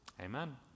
amen